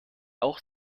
auch